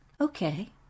okay